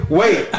wait